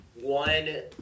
one